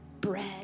bread